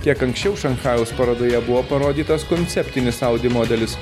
kiek anksčiau šanchajaus parodoje buvo parodytas konceptinis audi modelis